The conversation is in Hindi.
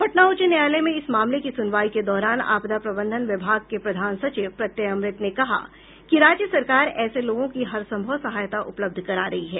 पटना उच्च न्यायालय में इस मामले की सुनवाई के दौरान आपदा प्रबंधन विभाग के प्रधान सचिव प्रत्यय अमृत ने कहा कि राज्य सरकार ऐसे लोगों की हरसंभव सहायता उपलब्ध करा रही है